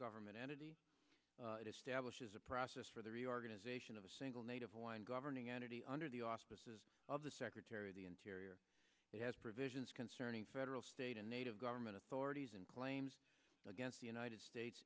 government entity stablish is a process for the reorganization of a single native wind governing entity under the auspices of the secretary of the interior it has provisions concerning federal state and native government authorities and claims against the united states